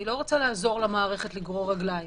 אני לא רוצה לעזור למערכת לגרור רגליים.